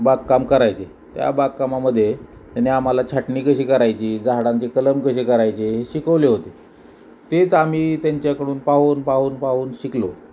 बागकाम करायचे त्या बागकामामध्ये त्यांनी आम्हाला छाटणी कशी करायची झाडांचे कलम कसे करायचे हे शिकवले होते तेच आम्ही त्यांच्याकडून पाहून पाहून पाहून शिकलो